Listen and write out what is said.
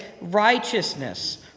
righteousness